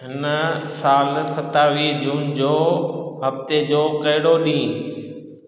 हिन सालु सतावीह जून जो हफ़्ते जो कहिड़ो ॾींहुं